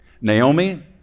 Naomi